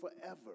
forever